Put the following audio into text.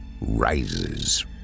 rises